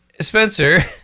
Spencer